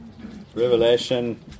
Revelation